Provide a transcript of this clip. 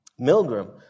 Milgram